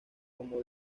como